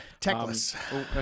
Techless